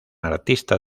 artista